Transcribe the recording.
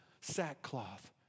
sackcloth